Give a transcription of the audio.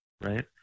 right